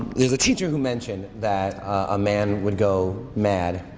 there's a teacher who mentioned that a man would go mad,